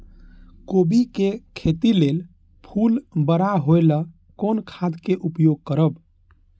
कोबी के खेती लेल फुल बड़ा होय ल कोन खाद के उपयोग करब?